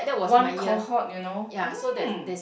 one cohort you know mm